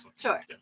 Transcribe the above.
sure